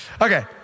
Okay